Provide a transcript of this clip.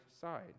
side